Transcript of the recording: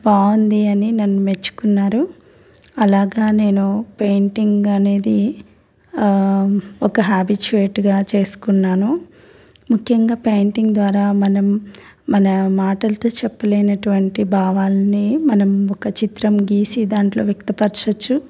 బాగుంది అని నన్ను మెచ్చుకున్నారు అలాగా నేను పెయింటింగ్ అనేది ఒక హ్యాబిచువేట్గా చేసుకున్నాను ముఖ్యంగా పెయింటింగ్ ద్వారా మనం మన మాటలతో చెప్పలేనటువంటి భావాల్ని మనం ఒక చిత్రం గీసి దాంట్లో వ్యక్తపరచవచ్చు